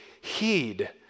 heed